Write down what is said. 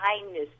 kindness